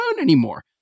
anymore